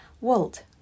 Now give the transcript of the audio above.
Walt